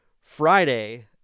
Friday